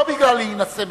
לא בגלל להינשא מחדש.